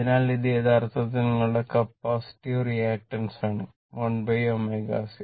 അതിനാൽ ഇത് യഥാർത്ഥത്തിൽ നിങ്ങളുടെ കപ്പാസിറ്റീവ് റിയാക്ടൻസ് ആണ് 1 ω c